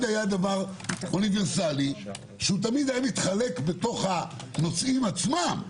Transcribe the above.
היה דבר אוניברסלי שתמיד היה מתחלק בנושאים עצמם,